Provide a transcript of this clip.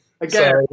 again